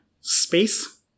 space